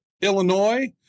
Illinois